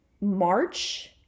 March